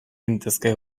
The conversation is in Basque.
gintezke